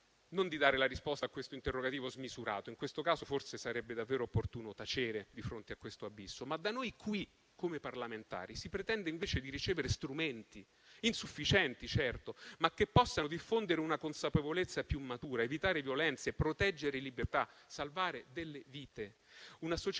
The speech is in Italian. non di dare la risposta a questo interrogativo smisurato; in questo caso forse sarebbe davvero opportuno tacere, di fronte a questo abisso. Da noi qui, come parlamentari, si pretende invece di ricevere strumenti, insufficienti certo, ma che possano diffondere una consapevolezza più matura, evitare violenze, proteggere libertà, salvare delle vite.